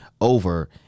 over